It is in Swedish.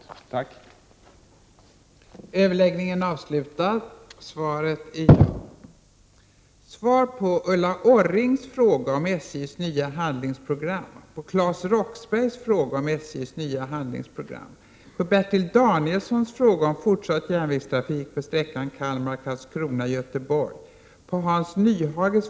24 november 1988